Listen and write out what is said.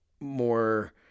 more